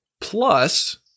plus